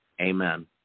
Amen